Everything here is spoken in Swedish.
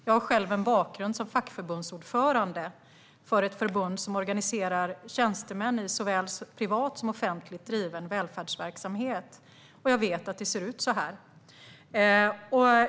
Jag har själv en bakgrund som fackförbundsordförande för ett förbund som organiserar tjänstemän i såväl privat som offentligt driven välfärdsverksamhet, och jag vet att det ser ut så här.